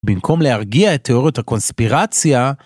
בנקום להרגיע את תיאוריות הקונספירציה,